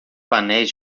painéis